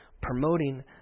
promoting